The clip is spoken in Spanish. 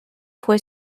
fue